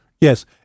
Yes